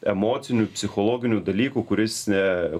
emocinių psichologinių dalykų kuris ne